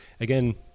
again